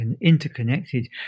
interconnected